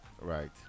Right